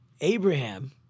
Abraham